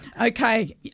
Okay